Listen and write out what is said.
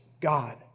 God